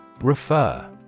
Refer